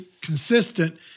consistent